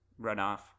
runoff